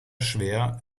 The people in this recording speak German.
schwer